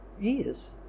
years